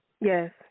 Yes